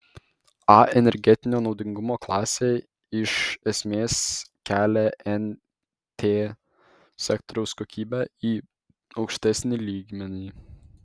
a energetinio naudingumo klasė iš esmės kelia nt sektoriaus kokybę į aukštesnį lygmenį